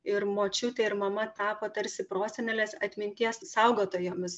ir močiutė ir mama tapo tarsi prosenelės atminties saugotojomis